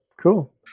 Cool